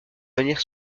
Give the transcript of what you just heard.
manière